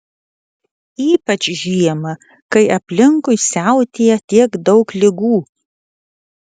ypač žiemą kai aplinkui siautėja tiek daug ligų